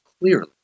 clearly